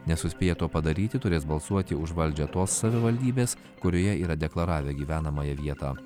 nesuspėję to padaryti turės balsuoti už valdžią tos savivaldybės kurioje yra deklaravę gyvenamąją vietą